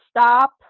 stop